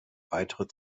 weitere